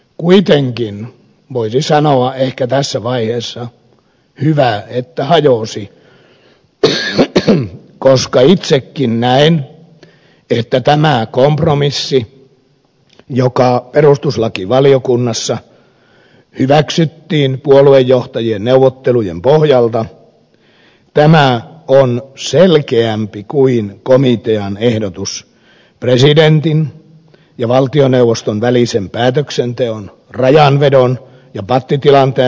kuitenkin voisi ehkä sanoa tässä vaiheessa oli hyvä että se hajosi koska itsekin näen että tämä kompromissi joka perustuslakivaliokunnassa hyväksyttiin puoluejohtajien neuvottelujen pohjalta on selkeämpi kuin komitean ehdotus presidentin ja valtioneuvoston välisen päätöksenteon rajanvedon ja pattitilanteen ratkaisemisen kannalta